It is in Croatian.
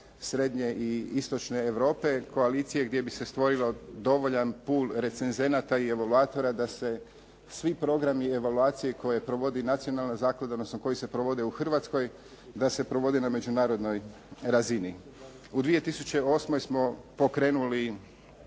srednje i istočne Europe, koalicije gdje bi se stvorilo dovoljan pul recezenata i evalutora da se svi programi evaluacije koje provodi nacionalna zaklada, odnosno koji se provode u Hrvatskoj da se provode na međunarodnoj razini. U 2008. smo pokrenuli